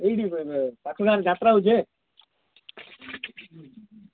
ଏଇଠି ପାଖରେ ଯାତ୍ରା ହେଉଛି